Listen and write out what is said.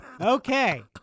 okay